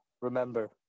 remember